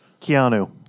Keanu